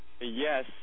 Yes